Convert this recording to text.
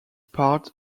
part